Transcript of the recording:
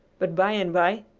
but by and by,